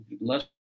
less